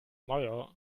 meier